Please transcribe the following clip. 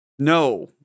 No